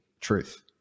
Truth